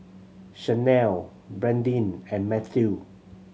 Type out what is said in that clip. Shanelle Bradyn and Matthew